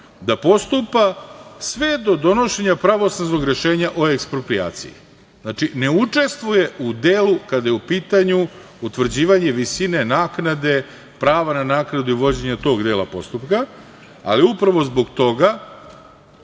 da postupa sve do donošenja pravosnažnog rešenja o eksproprijaciji. Znači, ne učestvuje u delu kada je u pitanju utvrđivanje visine naknade, prava na naknadu i vođenja tog dela postupka, ali upravo zbog toga